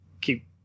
keep